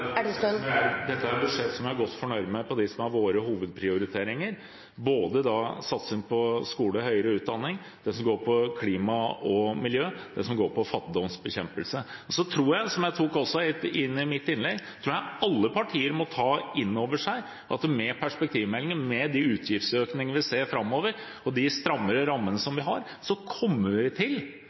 det som er våre hovedprioriteringer, både satsing på skole og høyere utdanning, det som går på klima og miljø, og det som går på fattigdomsbekjempelse. Som jeg også var inne på i mitt innlegg, tror jeg alle partier må ta inn over seg at med perspektivmeldingen, med de utgiftsøkningene vi ser framover, og de strammere rammene som vi har, kommer vi også til